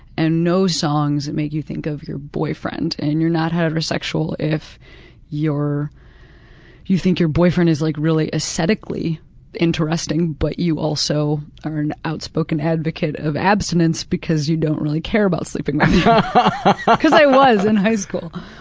and no songs that make you think of your boyfriend, and you're not heterosexual if you think your boyfriend is like really esthetically interesting but you also are an outspoken advocate of abstinence because you don't really care about sleeping because i was in high school.